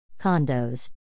Condos